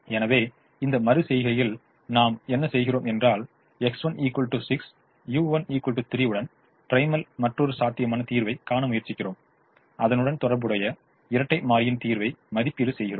எனவே இந்த மறு செய்கையில் நாம் என்ன செய்கிறோம் என்றால் X1 6 u1 3 உடன் ப்ரைமலுக்கான மற்றொரு சாத்தியமான தீர்வைப் காண முயற்சிக்கிறோம் அதனுடன் தொடர்புடைய இரட்டை மாறியின் தீர்வை மதிப்பீடு செய்கிறோம்